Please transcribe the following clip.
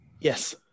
Yes